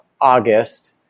August